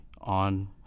on